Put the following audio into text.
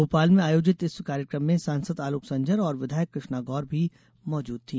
भोपाल में आयोजित इस कार्यक्रम में सांसद आलोक संजर और विधायक कृष्णा गौर भी मौजूद थीं